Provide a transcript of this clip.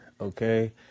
okay